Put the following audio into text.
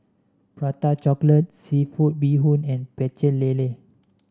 Prata Chocolate seafood Bee Hoon and Pecel Lele